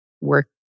work